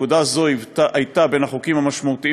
פקודה זו הייתה בין החוקים המשמעותיים